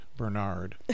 bernard